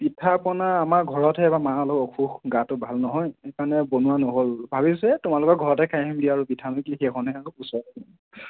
পিঠা পনা আমাৰ ঘৰতহে এইবাৰ মাৰ অলপ অসুখ গাটো ভাল নহয় সেইকাৰণে বনোৱা নহ'ল ভাবিছোঁ এই তোমালোকৰ ঘৰতে খাই আহিম আৰু দিয়া পিঠানো কি এখনহে আৰু ওচৰতে